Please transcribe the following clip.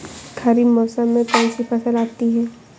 खरीफ मौसम में कौनसी फसल आती हैं?